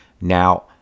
Now